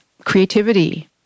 creativity